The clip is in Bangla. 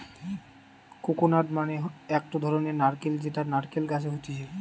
কোকোনাট মানে একটো ধরণের নারকেল যেটা নারকেল গাছে হতিছে